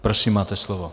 Prosím, máte slovo.